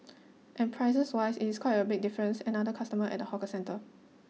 and prices wise it's quite a big difference another customer at a hawker centre